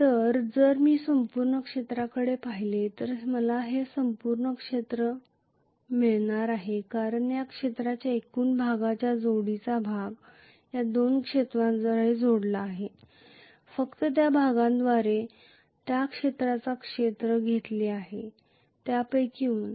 तर जर मी संपूर्ण क्षेत्राकडे पाहिले तर मला हे संपूर्ण क्षेत्र मिळणार आहे कारण या क्षेत्राच्या एकूण भागाच्या जोडीचा भाग या दोन क्षेत्राद्वारे जोडला जाईल फक्त त्या भागाद्वारे ज्या क्षेत्राचे क्षेत्र घेतले आहे त्यापैकी उणे